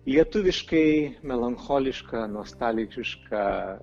lietuviškai melancholiška nostalgiška